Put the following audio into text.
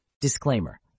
Disclaimer